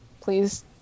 Please